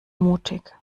mutig